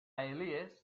elies